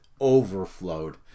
overflowed